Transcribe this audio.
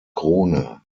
krone